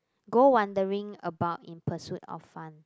go wondering about in pursuit of fun